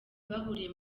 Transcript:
bahuriye